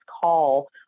call